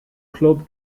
club